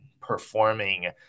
performing